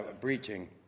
breaching